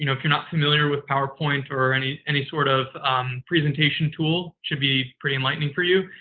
you know if you're not familiar with powerpoint or any any sort of presentation tool, should be pretty enlightening for you.